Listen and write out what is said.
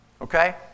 okay